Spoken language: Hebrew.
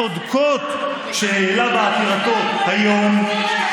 איפה הטענות הצודקות שהעלה בעתירתו היום?